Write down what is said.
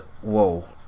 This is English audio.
whoa